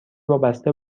وابسته